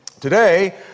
Today